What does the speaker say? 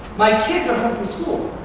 my kids are home from school.